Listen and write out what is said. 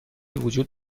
وجود